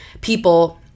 people